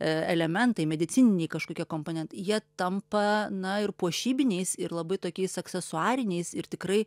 elementai medicininiai kažkokie komponentai jie tampa na ir puošybiniais ir labai tokiais aksesuariniais ir tikrai